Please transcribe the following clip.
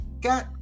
got